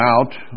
out